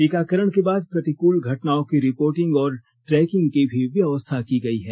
टीकाकरण के बाद प्रतिकूल घटनाओं की रिपोर्टिंग और ट्रैकिंग की भी व्यवस्था की गई है